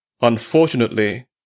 Unfortunately